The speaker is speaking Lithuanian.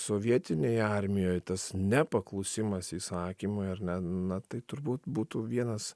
sovietinėj armijoj tas nepaklusimas įsakymui ar ne na tai turbūt būtų vienas